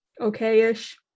okay-ish